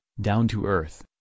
down-to-earth